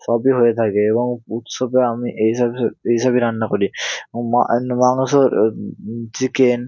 সবই হয়ে থাকে এবং উৎসবে আমি এই সবই রান্না করি মাংস চিকেন